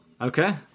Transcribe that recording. Okay